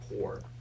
poor